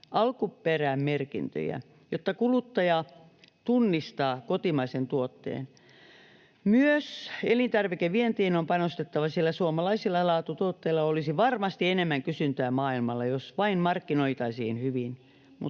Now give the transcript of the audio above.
alkuperämerkintöjä, jotta kuluttaja tunnistaa kotimaisen tuotteen. Myös elintarvikevientiin on panostettava, sillä suomalaisilla laatutuotteilla olisi varmasti enemmän kysyntää maailmalla, jos vain markkinoitaisiin hyvin,